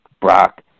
Brock